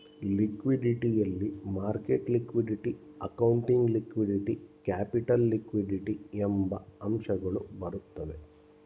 liquidity ಯಲ್ಲಿ market liquidity, accounting liquidity, capital liquidity ಎಂಬ ಅಂಶಗಳು ಬರುತ್ತವೆ